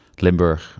Limburg